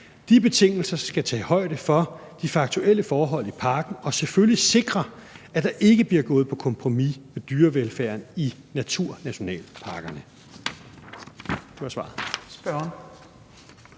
De betingelser skal tage højde for de faktuelle forhold i parken og selvfølgelig sikre, at der ikke bliver gået på kompromis med dyrevelfærden i naturnationalparkerne.